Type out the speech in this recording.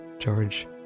George